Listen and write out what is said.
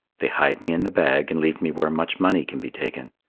they hide me in the bag and leave me where much money can be taken.